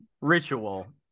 ritual